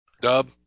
Dub